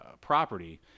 property